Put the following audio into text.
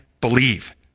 believe